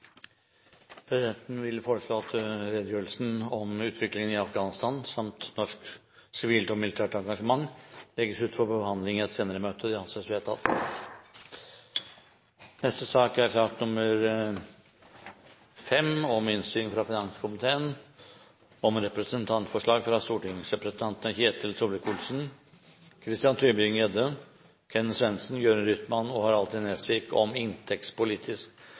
Presidenten vil foreslå at redegjørelsen om utviklingen i Afghanistan samt norsk sivilt og militært engasjement legges ut for behandling i et senere møte. – Det anses vedtatt. Etter ønske fra finanskomiteen vil presidenten foreslå at taletiden begrenses til 40 minutter og fordeles med inntil 5 minutter til hvert parti og